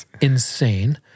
insane